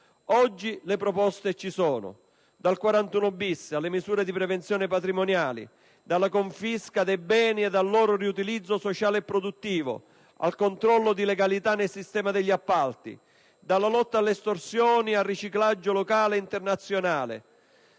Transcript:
Oggi le proposte ci sono: dal 41-*bis* alle misure di prevenzione patrimoniale, dalla confisca dei beni al loro riutilizzo sociale e produttivo, al controllo di legalità nel sistema degli appalti, dalla lotta alle estorsioni e al riciclaggio locale e internazionale,